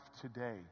today